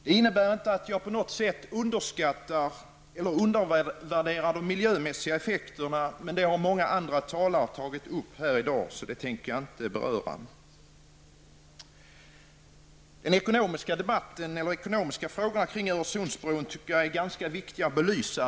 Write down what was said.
Det innebär inte att jag på något sätt undervärderar de miljömässiga effekterna, men dem har många andra talare tagit upp här i dag, så dem tänker jag inte beröra. De ekonomiska frågorna kring Öresundsbron tycker jag är ganska viktiga att belysa.